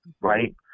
right